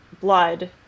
blood